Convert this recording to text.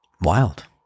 Wild